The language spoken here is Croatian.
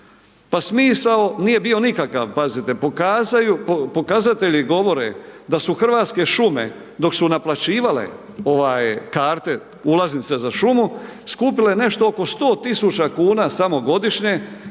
pa smisao nije bio nikakav, pazite, pokazatelji govore da su Hrvatske šume dok su naplaćivale ovaj karte, ulaznice za šumu, skupile nešto oko 100 000 kn samo godišnje